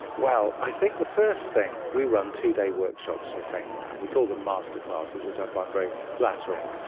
well, i think the first thing, we run two-day workshops for famelab. we call them masterclasses, which i find very flattering.